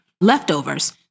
leftovers